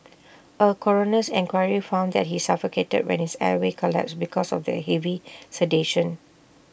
A coroner's inquiry found that he suffocated when his airway collapsed because of the heavy sedation